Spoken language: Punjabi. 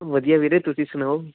ਵਧੀਆ ਵੀਰੇ ਤੁਸੀਂ ਸੁਣਾਓ